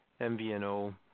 MVNO